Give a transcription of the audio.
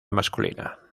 masculina